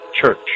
church